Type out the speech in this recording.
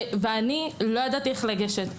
אני ידעתי איך לגשת,